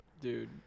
Dude